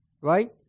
right